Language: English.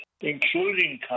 including